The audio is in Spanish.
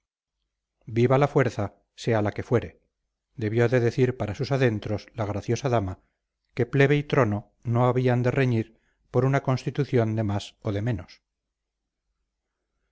viva la fuerza sea la que fuere debió de decir para sus adentros la graciosa dama que plebe y trono no habían de reñir por una constitución de más o de menos